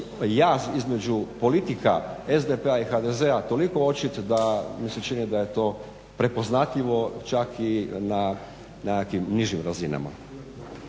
jaz između politika SDP-a i HDZ-a toliko očit da mi se čini da je to prepoznatljivo čak i na nekakvim nižim razinama.